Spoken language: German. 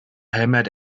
hämmert